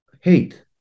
hate